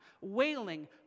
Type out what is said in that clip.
wailing